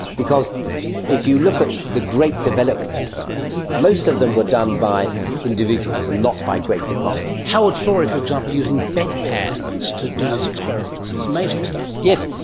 because if you look at the great developments of and science, most of them were done by individuals and not by great departments. howard florey, for example, using bed pans to do his experiments, it's amazing stuff. yes,